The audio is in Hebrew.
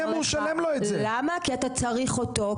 כי אתה צריך אותו,